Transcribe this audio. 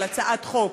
על הצעת חוק,